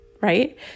right